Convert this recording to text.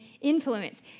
influence